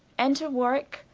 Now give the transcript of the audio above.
enter warwicke,